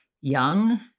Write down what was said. young